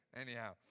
Anyhow